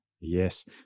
Yes